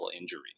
injuries